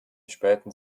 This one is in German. späten